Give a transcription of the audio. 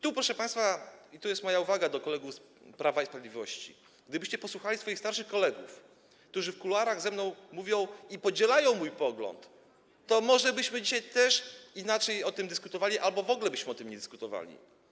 To, proszę państwa, moja uwaga do kolegów z Prawa i Sprawiedliwości: gdybyście posłuchali swoich starszych kolegów - którzy w kuluarach ze mną rozmawiali i podzielają mój pogląd - to może byśmy dzisiaj też inaczej o tym dyskutowali albo w ogóle byśmy o tym nie dyskutowali.